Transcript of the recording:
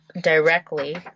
directly